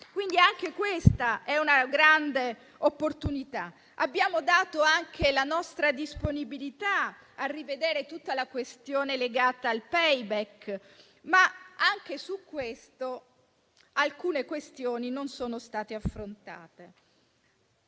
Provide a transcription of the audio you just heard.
Quindi anche questa è una grande opportunità. Abbiamo dato anche la nostra disponibilità a rivedere tutta la questione legata al *payback*, ma anche in tale materia alcune questioni non sono state affrontate.